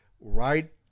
right